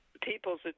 people's